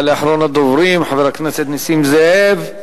יעלה אחרון הדוברים, חבר הכנסת נסים זאב.